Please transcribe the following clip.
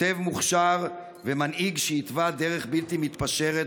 כותב מוכשר ומנהיג שהתווה דרך בלתי מתפשרת